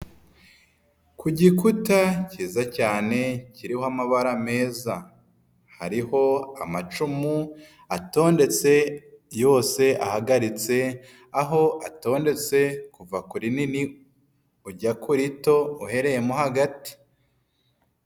Ku gikuta cyiza cyane kiriho amabara meza, hariho amacumu atondetse yose ahagaritse aho atondetse kuva kure rinini ujya ku rito uhereye mo hagati.